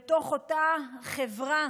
בתוך אותה חברה